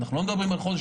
אנחנו לא מדברים על חודש,